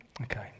Okay